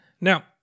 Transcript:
Now